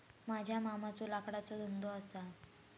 माझ्या मामाचो लाकडाचो धंदो असा